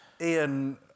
Ian